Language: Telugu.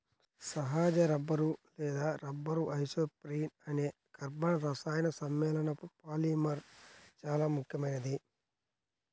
సహజ రబ్బరు లేదా రబ్బరు ఐసోప్రీన్ అనే కర్బన రసాయన సమ్మేళనపు పాలిమర్ చాలా ముఖ్యమైనది